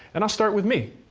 and i'll start with me,